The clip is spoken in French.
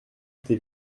était